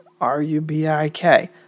R-U-B-I-K